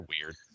weird